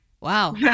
Wow